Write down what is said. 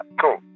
cool